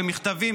במכתבים?